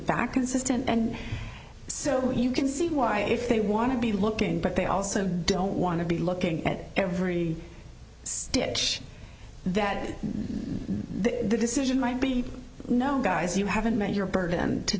fact consistent and so you can see why if they want to be looking but they also don't want to be looking at every stitch that the decision might be you know guy you haven't met your burden to